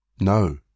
No